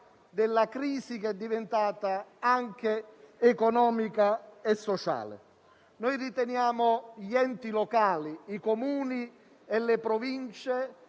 della crisi, diventata anche economica e sociale. Noi riteniamo gli enti locali, i Comuni e le Province,